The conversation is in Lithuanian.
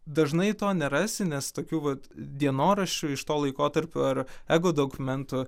dažnai to nerasi nes tokių vat dienoraščių iš to laikotarpio ar egodokumentų